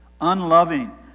unloving